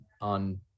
on